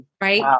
Right